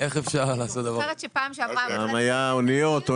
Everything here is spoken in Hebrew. פעם היו אוניות.